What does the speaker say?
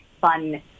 fun